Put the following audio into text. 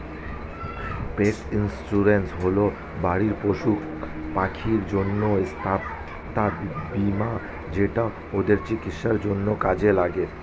পেট insurance হল বাড়ির পশুপাখিদের জন্য স্বাস্থ্য বীমা যেটা ওদের চিকিৎসার জন্য কাজে লাগে